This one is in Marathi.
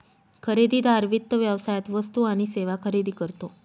खरेदीदार वित्त व्यवसायात वस्तू आणि सेवा खरेदी करतो